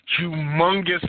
humongous